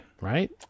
Right